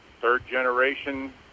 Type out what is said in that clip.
third-generation